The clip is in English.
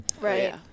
Right